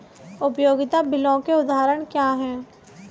उपयोगिता बिलों के उदाहरण क्या हैं?